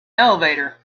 elevator